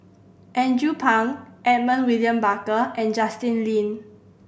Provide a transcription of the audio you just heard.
Andrew Phang Edmund William Barker and Justin Lean